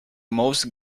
most